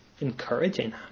encouraging